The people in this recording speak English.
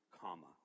comma